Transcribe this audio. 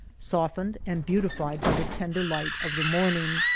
softened and beautified by the tender light of the morning.